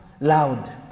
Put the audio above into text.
loud